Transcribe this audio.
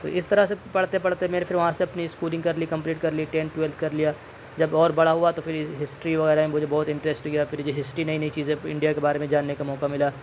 تو اس طرح سے پڑھتے پڑھتے میں پھر وہاں سے اپنی اسکولنگ کرلی کمپلیٹ کرلی ٹینتھ ٹولیتھ کر لیا جب اور بڑا ہوا تو پھر ہسٹری وغیرہ میں مجھے بہت انٹریسٹ گیا پھر ہسٹری نئی نئی چیزیں انڈیا کے بارے میں جاننے کا موقع ملا